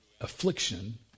affliction